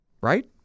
right